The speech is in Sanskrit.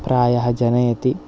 प्रायः जनयति